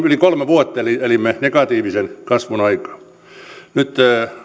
yli kolme vuotta elimme negatiivisen kasvun aikaa nyt